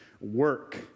work